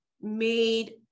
made